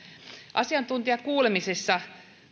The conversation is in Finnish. asiantuntijakuulemisissa